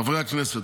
חברי הכנסת,